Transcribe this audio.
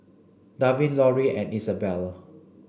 Darwin Lorri and Isabelle